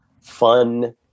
fun